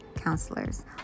counselors